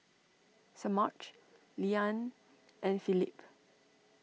Semaj Leann and Philip